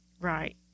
Right